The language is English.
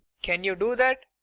can you do that?